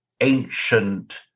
ancient